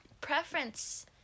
preference